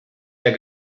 der